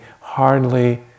hardly